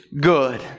good